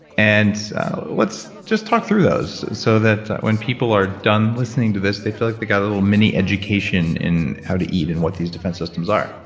and let's just talk through those so that when people are done listening to this they feel like they got a little mini education in how to eat and what these defense systems are.